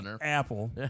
apple